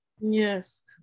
Yes